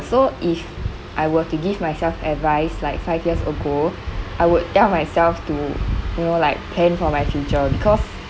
so if I were to give myself advice like five years ago I would tell myself to you know like plan for my future because